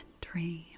dream